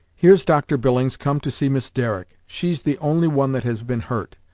here's dr. billings come to see miss derrick. she's the only one that has been hurt.